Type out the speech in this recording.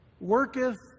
worketh